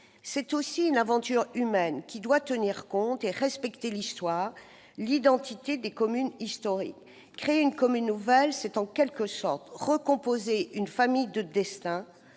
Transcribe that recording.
C'est aussi une aventure humaine, qui doit respecter l'histoire et l'identité des communes historiques. Créer une commune nouvelle, c'est en quelque sorte recomposer une famille de destin,